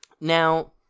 Now